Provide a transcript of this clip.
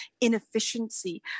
inefficiency